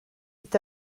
est